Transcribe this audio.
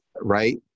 right